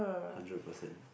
hundred percent